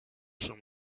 schon